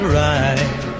right